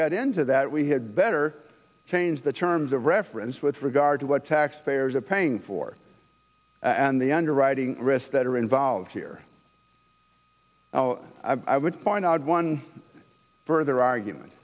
get into that we had better change the terms of reference with regard to what taxpayers are paying for and the underwriting risks that are involved here i would point out one further argument